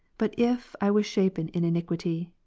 but if i was shapen in iniquity,